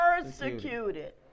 persecuted